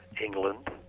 England